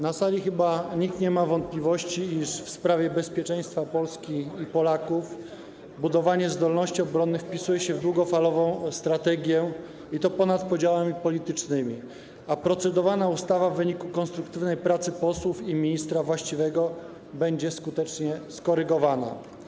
Na sali chyba nikt nie ma wątpliwości, iż w sprawie bezpieczeństwa Polski i Polaków budowanie zdolności obronnych wpisuje się w długofalową strategię, i to ponad podziałami politycznymi, a procedowana ustawa w wyniku konstruktywnej pracy posłów i ministra właściwego będzie skutecznie skorygowana.